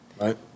right